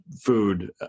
food